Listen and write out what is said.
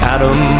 Adam